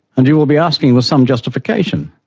and you will be asking with some justification,